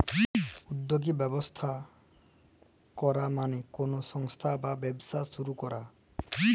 উদ্যগী ব্যবস্থা করাক মালে কলো সংস্থা বা ব্যবসা শুরু করাক